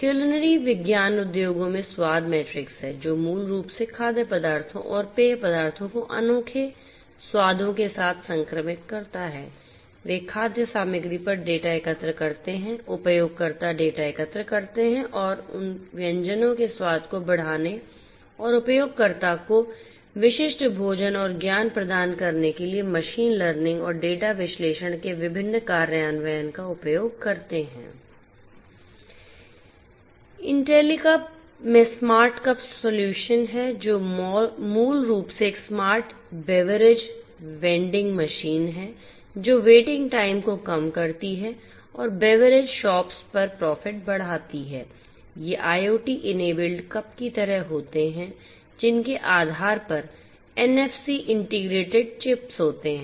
culinary विज्ञान उद्योगों में स्वाद मैट्रिक्स है जो मूल रूप से खाद्य पदार्थों और पेय पदार्थों को अनोखे स्वादों के साथ संक्रमित करता है वे खाद्य सामग्री पर डेटा एकत्र करते हैं उपयोगकर्ता डेटा एकत्र करते हैं और व्यंजनों के स्वाद को बढ़ाने और उपयोगकर्ता को विशिष्ट भोजन और ज्ञान प्रदान करने के लिए मशीन लर्निंग और डेटा विश्लेषण के विभिन्न कार्यान्वयन का उपयोग करते हैं